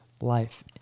life